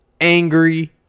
angry